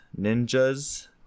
ninjas